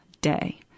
day